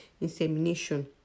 insemination